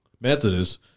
Methodist